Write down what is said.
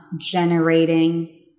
generating